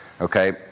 Okay